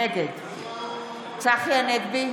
נגד צחי הנגבי,